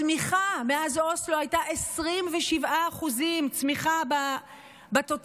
הצמיחה מאז אוסלו הייתה 27%, צמיחה בתוצר.